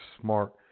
smart